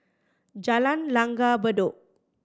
Jalan Langgar Bedok